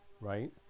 right